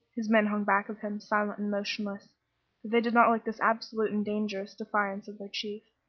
his men hung back of him, silent and motionless, for they did not like this absolute and dangerous defiance of their chief.